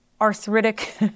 arthritic